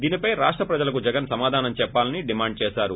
దీనిపై రాష్ట ప్రజలకు జగన్ సమాధానం చెప్పాలని డిమాండ్ చేశారు